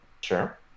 Sure